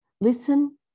Listen